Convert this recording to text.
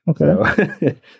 Okay